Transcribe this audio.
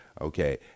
Okay